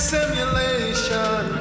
Simulation